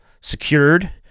secured